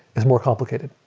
it's more complicated.